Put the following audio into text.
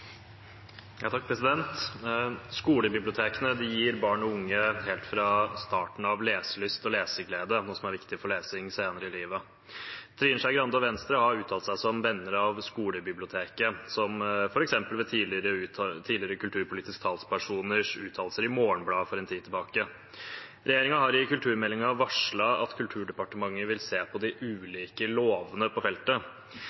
viktig for lesing senere i livet. Trine Skei Grande og Venstre har uttalt seg som venner av skolebiblioteket, som f.eks. ved tidligere kulturpolitiske talspersoners uttalelser i Morgenbladet for en tid siden. Regjeringen har i kulturmeldingen varslet at Kulturdepartementet vil se på de